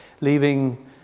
Leaving